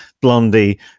blondie